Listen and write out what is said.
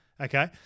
okay